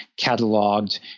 cataloged